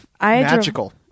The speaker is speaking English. magical